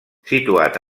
situat